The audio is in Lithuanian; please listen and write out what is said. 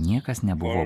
niekas nebuvo